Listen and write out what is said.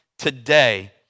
today